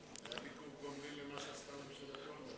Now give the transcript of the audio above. זה היה ביקור גומלין למה שעשתה ממשלת אולמרט.